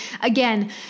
Again